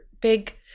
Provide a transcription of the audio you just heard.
big